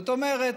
זאת אומרת,